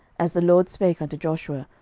as the lord spake unto joshua,